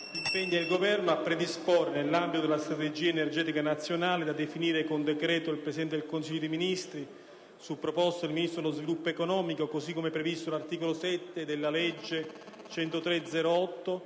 il Governo a predisporre, nell'ambito della "Strategia energetica nazionale" da definire con decreto del Presidente del Consiglio dei ministri su proposta del Ministro dello sviluppo economico così come previsto dall'articolo 7 della legge n.